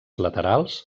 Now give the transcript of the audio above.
laterals